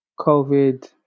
covid